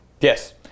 yes